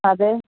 അതെ